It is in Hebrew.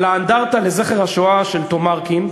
על האנדרטה לזכר השואה של תומרקין.